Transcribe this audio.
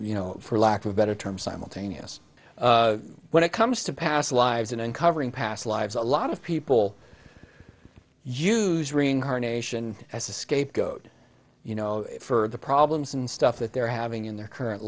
you know for lack of a better term simultaneous when it comes to past lives in uncovering past lives a lot of people use reincarnation as a scapegoat you know for the problems and stuff that they're having in their current